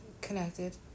connected